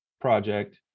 Project